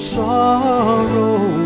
sorrow